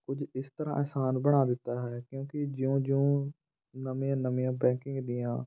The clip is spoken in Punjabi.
ਕੁਝ ਇਸ ਤਰ੍ਹਾਂ ਅਸਾਨ ਬਣਾ ਦਿੱਤਾ ਹੈ ਕਿਉਂਕਿ ਜਿਉਂ ਜਿਉਂ ਨਵੀਆਂ ਨਵੀਆਂ ਬੈਂਕਿੰਗ ਦੀਆਂ